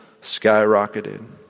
skyrocketed